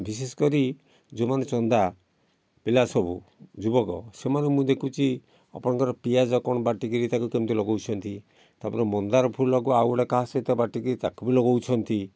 ବିଶେଷ କରି ଯେଉଁମାନେ ଚନ୍ଦା ପିଲା ସବୁ ଯୁବକ ସେମାନଙ୍କୁ ମୁଁ ଦେଖୁଛି ଆପଣଙ୍କର ପିଆଜ କ'ଣ ବାଟିକିରି ତାକୁ କେମିତି ଲଗାଉଛନ୍ତି ତା'ପରେ ମନ୍ଦାର ଫୁଲକୁ ଆଉ ଗୋଟେ କାହା ସହିତ ବାଟିକି ତାକୁ ବି ଲଗାଉଛନ୍ତି